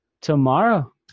tomorrow